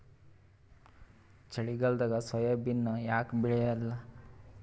ಚಳಿಗಾಲದಾಗ ಸೋಯಾಬಿನ ಯಾಕ ಬೆಳ್ಯಾಲ?